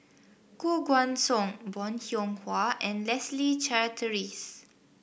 Koh Guan Song Bong Hiong Hwa and Leslie Charteris